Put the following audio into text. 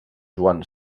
joan